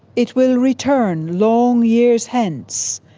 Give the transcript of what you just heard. it will return long years hence,